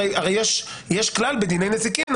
הרי יש כלל בדיני נזיקין,